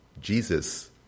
Jesus